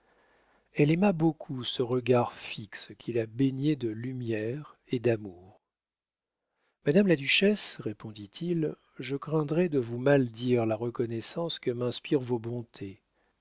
elle aima beaucoup ce regard fixe qui la baignait de lumière et d'amour madame la duchesse répondit-il je craindrais de vous mal dire la reconnaissance que m'inspirent vos bontés